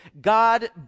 God